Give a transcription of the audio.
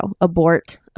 abort